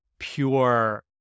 Pure